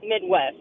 midwest